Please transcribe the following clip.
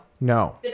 No